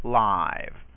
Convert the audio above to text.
live